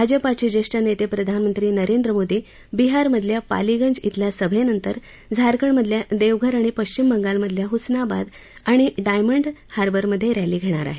भाजपाचे ज्येष्ठ नेते प्रधानमंत्री नरेंद्र मोदी बिहारमधल्या पालीगंज शिल्या सभेनंतर झारखंडमधल्या देवघर आणि पश्चिम बंगालमधल्या हुस्नाबाद आणि डायनंड हार्वस्मधे रॅली घेणार आहेत